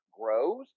grows